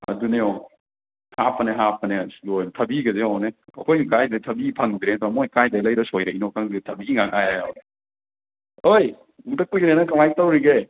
ꯑꯗꯨꯅꯦ ꯌꯦꯡꯉꯣ ꯍꯥꯞꯄꯅꯦ ꯍꯥꯞꯄꯅꯦ ꯑꯁ ꯂꯣꯏꯔꯦ ꯊꯕꯤꯒꯁꯦ ꯌꯦꯡꯉꯨꯅꯦ ꯑꯈꯣꯏꯒꯤ ꯀꯥꯏꯗꯩ ꯊꯕꯤ ꯐꯪꯗ꯭ꯔꯦ ꯇꯧꯔ ꯃꯣꯏ ꯀꯥꯏꯗꯩ ꯂꯩꯔꯒ ꯁꯣꯏꯔꯛꯏꯅꯣ ꯈꯪꯗꯦ ꯊꯕꯤ ꯉꯥꯛ ꯉꯥꯏꯔꯦꯕ ꯑꯣꯏ ꯎꯗ ꯀꯨꯏꯔꯦ ꯅꯪ ꯀꯃꯥꯏꯅ ꯇꯧꯔꯤꯒꯦ